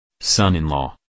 son-in-law